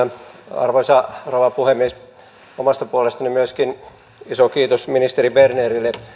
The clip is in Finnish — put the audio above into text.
arvoisa rouva puhemies myöskin omasta puolestani iso kiitos ministeri bernerille